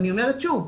אני אומרת שוב,